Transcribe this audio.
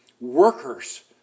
workers